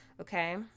okay